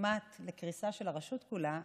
כמעט לקריסה של הרשות כולה,